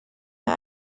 mir